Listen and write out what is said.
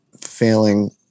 failing